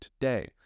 today